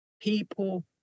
people